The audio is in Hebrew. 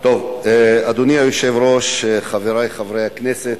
אדוני היושב-ראש, חברי חברי הכנסת,